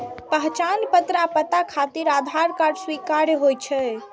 पहचान पत्र आ पता खातिर आधार कार्ड स्वीकार्य होइ छै